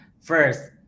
First